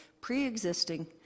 pre-existing